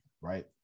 Right